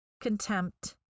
contempt